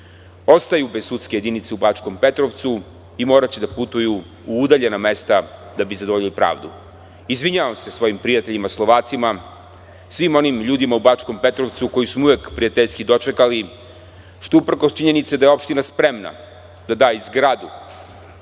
ostaju bez sudske jedinice u Bačkom Petrovcu i moraće da putuju u udaljena mesta da bi zadovoljili pravdu. Izvinjavam se svojim prijateljima Slovacima, svim onim ljudima u Bačkom Petrovcu koji su me uvek prijateljski dočekali, što uprkos činjenici da je opština spremna da da i zgradu